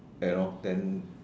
you know then